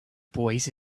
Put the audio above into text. boys